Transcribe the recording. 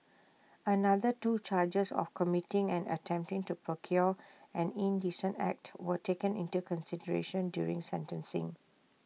another two charges of committing and attempting to procure an indecent act were taken into consideration during sentencing